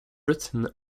britain